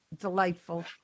delightful